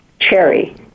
cherry